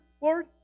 Lord